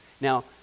Now